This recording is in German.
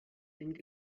mit